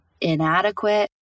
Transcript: inadequate